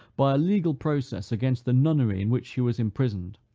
by a legal process against the nunnery in which she was imprisoned.